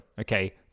okay